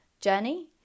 journey